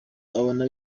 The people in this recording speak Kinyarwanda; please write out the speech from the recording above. abona